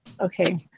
okay